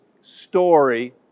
story